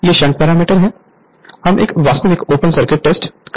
ये shunt parameter हैं हम एक वास्तविक ओपन सर्किट टेस्ट करेंगे